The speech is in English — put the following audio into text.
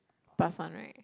past one right